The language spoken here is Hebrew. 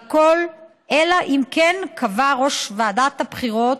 אלא אם כן קבע ראש ועדת הבחירות